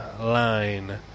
line